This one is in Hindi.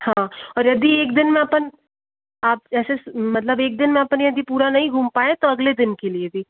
हाँ और यदि एक दिन में अपन आप ऐसे मतलब एक दिन में अपन यदि पूरा नहीं घूम पाएं तो अगले दिन के लिए भी